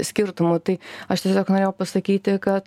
skirtumų tai aš tiesiog norėjau pasakyti kad